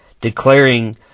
declaring